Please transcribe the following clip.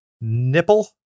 Nipple